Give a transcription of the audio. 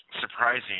surprising